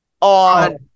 on